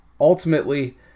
ultimately